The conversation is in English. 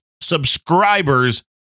subscribers